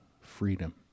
freedom